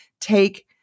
take